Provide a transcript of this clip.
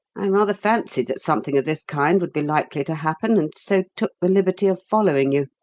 i rather fancied that something of this kind would be likely to happen, and so took the liberty of following you.